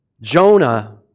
Jonah